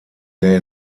der